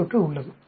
we தொற்று உள்ளது